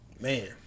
Man